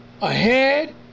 ahead